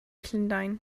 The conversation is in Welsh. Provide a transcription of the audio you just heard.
llundain